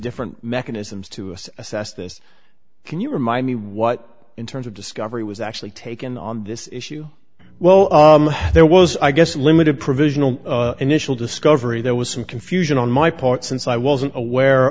different mechanisms to assess assess this can you remind me what in terms of discovery was actually taken on this issue well there was i guess limited provisional initial discovery there was some confusion on my part since i wasn't aware